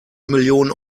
millionen